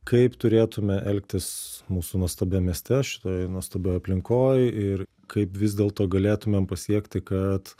kaip turėtume elgtis mūsų nuostabiam mieste šitoj nuostabioj aplinkoj ir kaip vis dėlto galėtume pasiekti kad